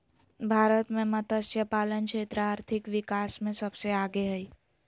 भारत मे मतस्यपालन क्षेत्र आर्थिक विकास मे सबसे आगे हइ